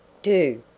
do,